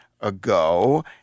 ago